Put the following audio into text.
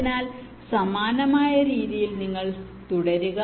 അതിനാൽ സമാനമായ രീതിയിൽ നിങ്ങൾ തുടരുക